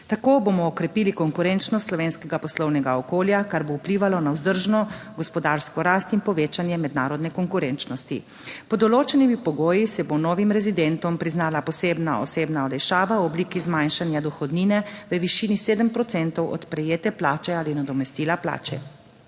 Tako bomo okrepili konkurenčnost slovenskega poslovnega okolja, kar bo vplivalo na vzdržno gospodarsko rast in povečanje mednarodne konkurenčnosti. Pod določenimi pogoji se bo novim rezidentom priznala posebna osebna olajšava v obliki zmanjšanja dohodnine v višini 7 procentov od prejete plače ali nadomestila plače.